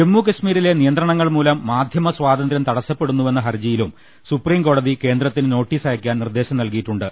ജമ്മു കശ്മീരിലെ നിയന്ത്രണങ്ങൾമൂലം മാധ്യമ സ്വാതന്ത്രൃം തടസ്സപ്പെടുന്നുവെന്ന് ഹർജിയിലും സുപ്രീം കോടതി കേന്ദ്രത്തിന് നോട്ടീസ് അയക്കാൻ നിർദ്ദേശം നൽകിയിട്ടുണ്ട്